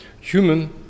Human